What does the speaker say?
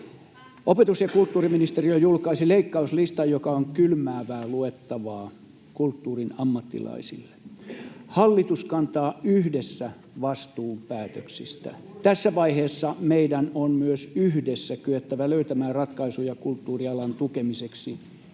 Opetus‑ ja kulttuuriministeriö julkaisi leikkauslistan, joka on kylmäävää luettavaa kulttuurin ammattilaisille. Hallitus kantaa yhdessä vastuun päätöksistä. Tässä vaiheessa meidän on myös yhdessä kyettävä löytämään ratkaisuja kulttuurialan tukemiseksi,